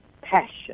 passion